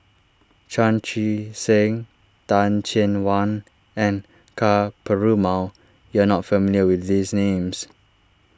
Chan Chee Seng Teh Cheang Wan and Ka Perumal you are not familiar with these names